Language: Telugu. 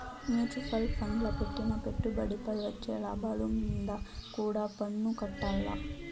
మ్యూచువల్ ఫండ్ల పెట్టిన పెట్టుబడిపై వచ్చే లాభాలు మీంద కూడా పన్నుకట్టాల్ల